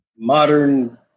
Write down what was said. modern